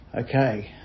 Okay